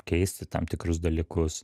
keisti tam tikrus dalykus